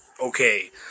okay